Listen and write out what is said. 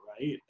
right